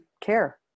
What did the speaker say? care